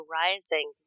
rising